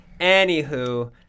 Anywho